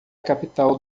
capital